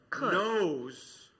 knows